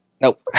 nope